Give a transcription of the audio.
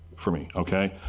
for me. okay.